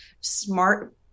smart